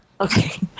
Okay